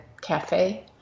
Cafe